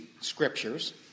scriptures